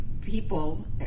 people